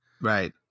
Right